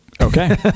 okay